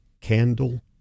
candle